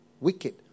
Wicked